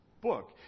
book